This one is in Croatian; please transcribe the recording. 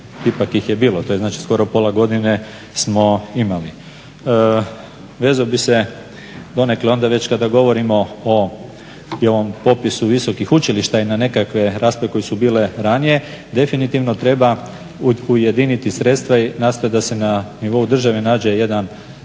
ipak ih je bilo. To je znači skoro pola godine smo imali. Vezao bih se, donekle onda već kada govorimo i o ovom popisu visokih učilišta i na nekakve rasprave koje su bile ranije. Definitivno treba ujediniti sredstva i nastojati da se na nivou države nađe jedan